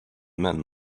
men